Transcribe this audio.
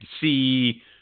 see